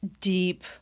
deep